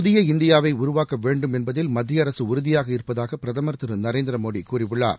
புதிய இந்தியாவை உருவாக்க வேண்டும் என்பதில் மத்திய அரசு உறுதியாக இருப்பதாக பிரதம் திரு நரேந்திர மோடி கூறியுள்ளார்